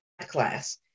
class